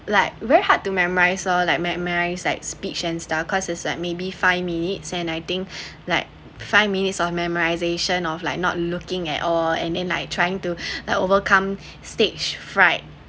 like very hard to memorise lor like me~ memorised like speech and stuff of course like maybe five minutes and I think like five minutes on memorization of like not looking at all and then like trying to overcome stage fright